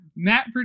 Matt